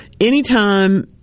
Anytime